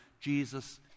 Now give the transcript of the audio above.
Jesus